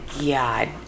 God